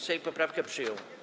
Sejm poprawkę przyjął.